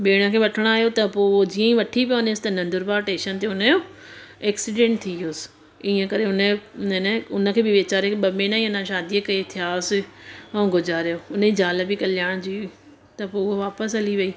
भेण खे वठणु आहियो त पोइ जीअं ई वठी पोइ वञेसि त नंदुरबा स्टेश न ते हुनजो एक्सीडैंट थी वियोसि ईअं करे हुन हुननि हुनखे बि वीचारे खे ॿ महीना ई अञा शादीअ कए थिआ हुअसि ऐं गुजारे वियो हुनजी ज़ाल बि कल्याण जी हुई त पोइ हुआ वापसि हली वई